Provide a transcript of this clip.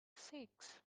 six